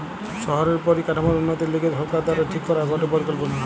শহরের পরিকাঠামোর উন্নতির লিগে সরকার দ্বারা ঠিক করা গটে পরিকল্পনা